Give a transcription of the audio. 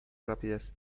rapidez